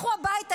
לכו הביתה.